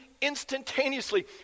instantaneously